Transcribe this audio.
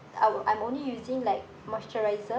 I would I'm only using like moisturiser